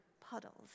puddles